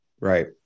right